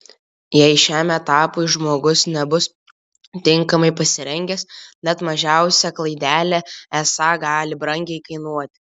jei šiam etapui žmogus nebus tinkamai pasirengęs net mažiausia klaidelė esą gali brangiai kainuoti